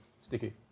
sticky